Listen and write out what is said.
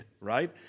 right